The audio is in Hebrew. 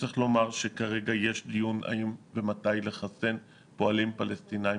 כרגע יש דיון האם ומתי לחסן פועלים פלסטינים